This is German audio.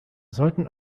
sollten